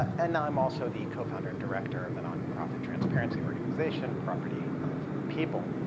and i'm also the co-founder and director of the nonprofit transparency organization, property of the people.